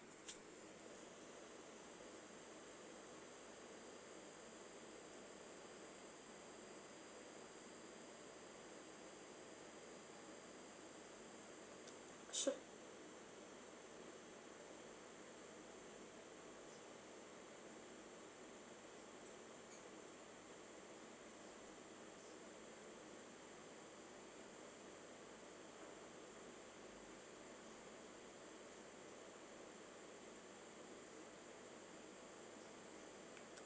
sure